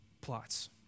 plots